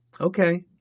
Okay